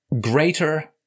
greater